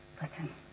listen